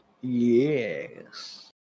Yes